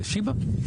בשיבא.